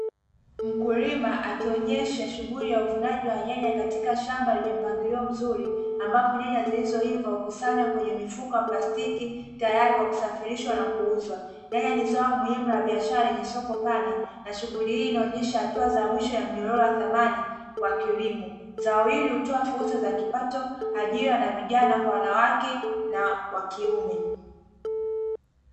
Mkulima akionyesha shughuli ya uvunaji wa nyanya katika shamba lenye mpangilio mzuri, ambapo nyanya zilizoiva hukusanywa kwenye mifuko ya plastiki tayari kwa kusafirishwa na kuuzwa, nyanya ni zao muhimu la biashara lenye soko pana; na shughuli hii inaonyesha hatua za mwisho za mnyororo wa thamani wa kilimo, zao hili hutoa fursa za kipato na ajira kwa vijana, wanawake na wa kiume.